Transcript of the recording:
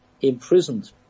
imprisoned